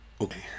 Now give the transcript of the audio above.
Okay